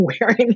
wearing